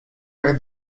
per